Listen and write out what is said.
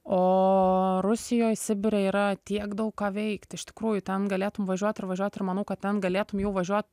o rusijoj sibire yra tiek daug ką veikti iš tikrųjų ten galėtum važiuot ir važiuot ir manau kad ten galėtum jau važiuot